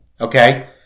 okay